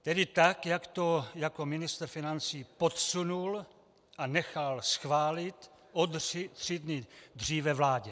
Tedy tak, jak to jako ministr financí podsunul a nechal schválit o tři dny dříve vládě.